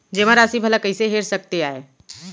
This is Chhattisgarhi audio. जेमा राशि भला कइसे हेर सकते आय?